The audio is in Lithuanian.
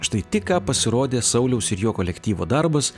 štai tik ką pasirodė sauliaus ir jo kolektyvo darbas